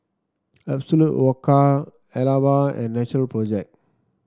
Absolut Vodka Alba and Natural Project